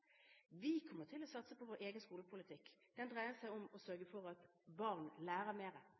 Vi kommer til å satse på vår egen skolepolitikk. Den dreier seg om å sørge for at barn lærer